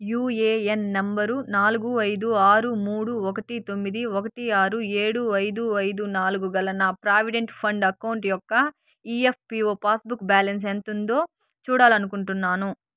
UAN number నాలుగు ఐదు ఆరు మూడు ఒకటి తొమ్మిది ఒకటి ఆరు ఏడు ఐదు ఐదు నాలుగు గల నా ప్రావిడెంట్ ఫండ్ అకౌంట్ యొక్క ఈఎఫ్పిఓ పాస్బుక్ బ్యాలన్స్ ఎంతుందో చూడాలనుకుంటున్నాను